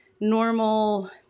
normal